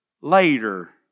later